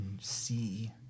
see